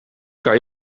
kan